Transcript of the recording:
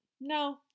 no